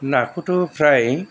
नाखौथ' फ्राय